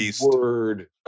word